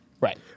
right